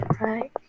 right